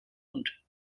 und